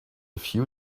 few